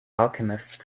alchemist